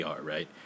right